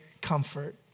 comfort